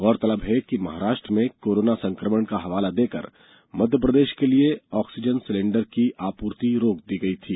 गौरतलब है कि महाराष्ट्र में कोरोना संक्रमण का हवाला देकर मध्यप्रदेष के लिए ऑक्सीजन सिलेंडर की आपूर्ति रोक दी गई थी